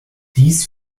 dies